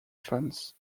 fans